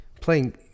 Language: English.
playing